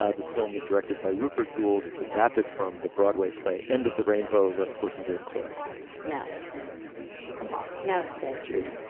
ah this film is directed by rupert gould it's adapted from the broadway play end of the rainbow. let's listen to a clip now come on no said judy.